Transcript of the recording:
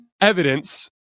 evidence